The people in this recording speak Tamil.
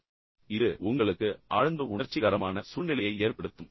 எனவே இது உங்களுக்கு ஆழ்ந்த உணர்ச்சிகரமான சூழ்நிலையை ஏற்படுத்தும்